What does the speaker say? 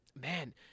man